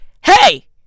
hey